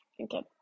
Okay